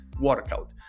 workout